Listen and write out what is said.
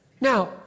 Now